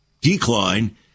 decline